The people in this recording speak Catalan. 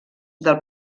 del